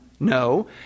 No